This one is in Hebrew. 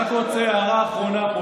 --- אני רק רוצה הערה אחרונה פה,